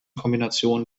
kombination